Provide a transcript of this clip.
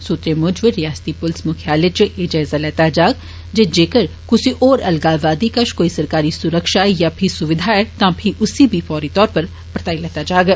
सूत्रें मूजब रिआसती पुलस मुकखालय च एह् जायजा लैता जाग जे जेकर कुसै होर अलगाववादी कष कोई सरकारी सुरक्षा जां फी सुविधा ऐ तां फी उसी बी फौरी तौर उप्पर परताई लैता जाग